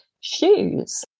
shoes